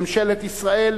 ממשלות ישראל,